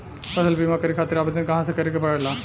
फसल बीमा करे खातिर आवेदन कहाँसे करे के पड़ेला?